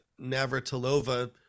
navratilova